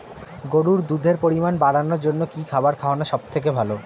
গরুর দুধের পরিমাণ বাড়ানোর জন্য কি খাবার খাওয়ানো সবথেকে ভালো?